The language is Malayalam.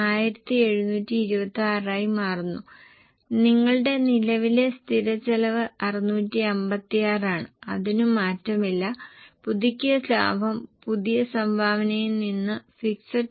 ഒരു യൂണിറ്റ് വില 746 ആയിരിക്കും അതിനാൽ 20 ശതമാനം ഇളവ് വില ഒരു മെട്രിക് ടണ്ണിന് 896 ആണ് ഇതാണ് അന്തിമ ഉത്തരം നിങ്ങൾക്ക് ലഭിക്കുന്നുണ്ടോ